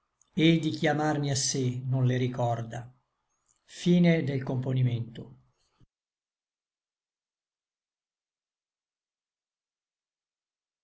et di chiamarmi a sé non le ricorda sí